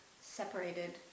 separated